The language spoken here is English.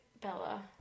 Bella